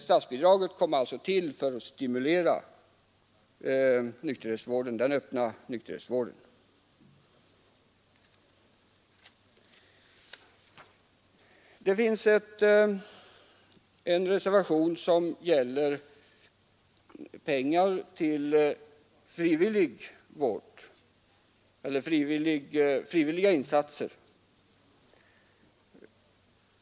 Statsbidraget kom en gång till för att stimulera den öppna nykterhetsvården. Det finns en reservation som gäller pengar till frivilliga insatser.